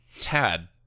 Tad